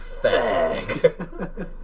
Fag